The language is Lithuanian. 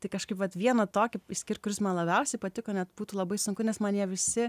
tai kažkaip vat vieną tokį išskirt kuris man labiausiai patiko net būtų labai sunku nes man jie visi